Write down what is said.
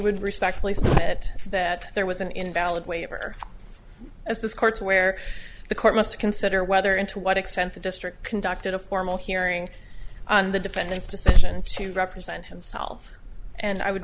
would respectfully submit that there was an invalid waiver as this court's where the court must consider whether in to what extent the district conducted a formal hearing on the defendant's decision to represent himself and i would